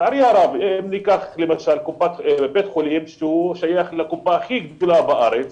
לצערי הרב אם ניקח בית חולים ששייך לקופה הכי גדולה בארץ,